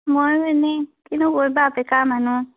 ময়ো এনেই কিনো কৰিবা বেকাৰ মানুহ